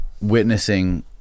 witnessing